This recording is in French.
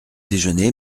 déjeuné